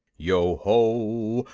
yo ho!